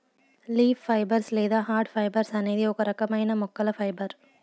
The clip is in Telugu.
లీఫ్ ఫైబర్స్ లేదా హార్డ్ ఫైబర్స్ అనేది ఒక రకమైన మొక్కల ఫైబర్